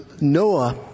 Noah